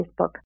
Facebook